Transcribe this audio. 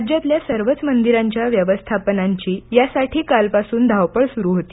राज्यातल्या सर्वच मंदिरांच्या व्यवस्थापनांची यासाठी कालपासून धावपळ सुरू होती